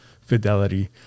fidelity